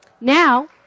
Now